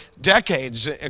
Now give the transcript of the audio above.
decades